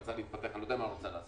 רצה להתפתח וכולי.